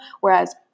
whereas